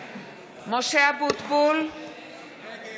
(קוראת בשמות חברי הכנסת) משה אבוטבול, נגד